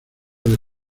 del